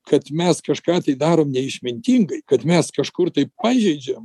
kad mes kažką tai darom neišmintingai kad mes kažkur tai pažeidžiam